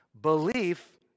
Belief